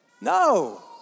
No